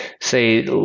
say